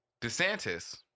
DeSantis